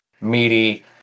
meaty